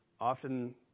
often